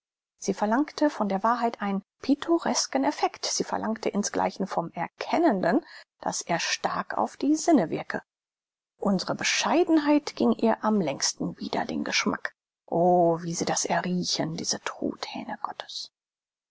sie verlangte von der wahrheit einen pittoresken effekt sie verlangte insgleichen vom erkennenden daß er stark auf die sinne wirke unsre bescheidenheit gieng ihr am längsten wider den geschmack oh wie sie das erriechen diese truthähne gottes